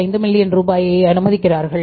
5 million ரூபாயை அனுமதிக்கின்றனர்